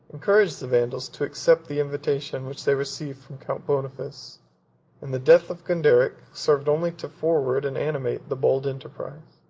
encouraged the vandals to accept the invitation which they received from count boniface and the death of gonderic served only to forward and animate the bold enterprise.